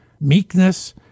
meekness